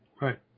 Right